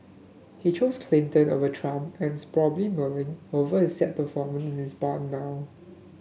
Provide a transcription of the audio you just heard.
he chose Clinton over Trump and is probably mulling over his sad performance in his barn now